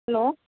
hello